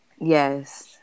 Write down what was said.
Yes